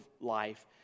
life